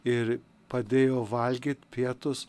ir padėjo valgyt pietus